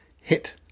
hit